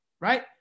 right